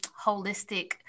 holistic